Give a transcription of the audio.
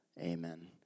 amen